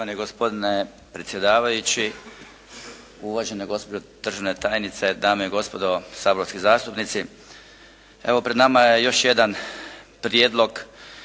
gospodine predsjedavajući, uvažena gospođo državna tajnice, dame i gospodo saborski zastupnici. Evo, pred nama je još jedan prijedlog